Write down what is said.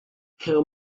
her